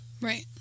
right